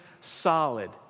solid